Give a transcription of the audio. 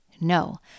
No